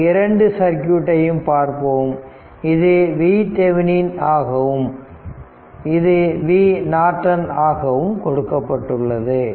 இந்த இரண்டு சர்க்யூட்டையும் பார்ப்போம் இது VThevenin ஆகவும் இது V Norton ஆகவும் கொடுக்கப்பட்டுள்ளது